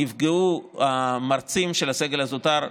נפגעו המרצים של הסגל הזוטר,